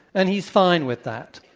and he's fine with that.